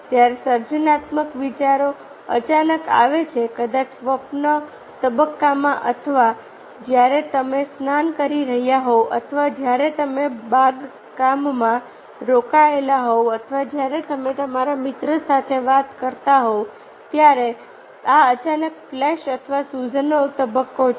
જ્યારે સર્જનાત્મક વિચારો અચાનક આવે છે કદાચ સ્વપ્નના તબક્કામાં અથવા જ્યારે તમે સ્નાન કરી રહ્યા હોવ અથવા જ્યારે તમે બાગકામમાં રોકાયેલા હોવ અથવા જ્યારે તમે તમારા મિત્રો સાથે વાત કરતા હોવ ત્યારે આ અચાનક ફ્લેશ અથવા સૂઝનો તબક્કો છે